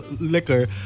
liquor